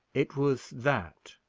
it was that,